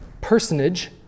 personage